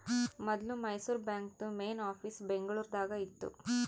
ಮೊದ್ಲು ಮೈಸೂರು ಬಾಂಕ್ದು main office Bengaluru ದಾಗ ಇತ್ತು